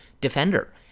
defender